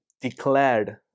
declared